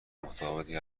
متفاوتی